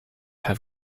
have